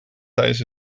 tijdens